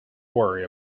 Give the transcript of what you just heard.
worry